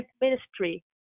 ministry